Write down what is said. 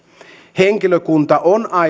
henkilökunta on